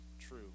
true